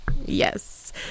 Yes